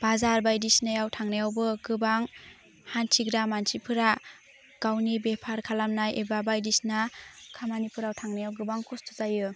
बाजार बायदिसिनायाव थांनायावबो गोबां हान्थिग्रा मानसिफोरा गावनि बेफार खालामनाय एबा बायदिसिना खामानिफोराव थांनायाव गोबां खस्थ' जायो